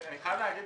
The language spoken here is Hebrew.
אני חייב להגיד